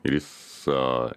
ir jis